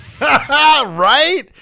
Right